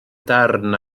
darn